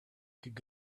could